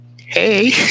hey